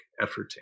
efforting